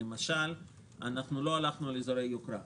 למשל אנחנו לא הלכנו על אזורי יוקרה.